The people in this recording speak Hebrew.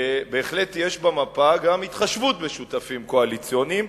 בהחלט יש במפה גם התחשבות בשותפים קואליציוניים,